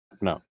No